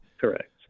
Correct